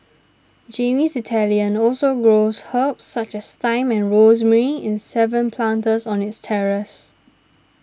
Jamie's Italian also grows herbs such as thyme and rosemary in seven planters on its terrace